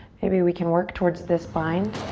maybe we can work towards this bind.